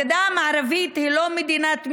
הגדה המערבית היא לא מדינת משטרה,